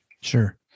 Sure